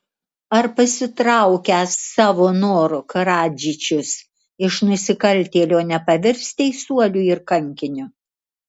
ar pasitraukęs savo noru karadžičius iš nusikaltėlio nepavirs teisuoliu ir kankiniu